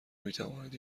میتوانید